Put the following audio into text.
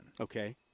Okay